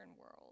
world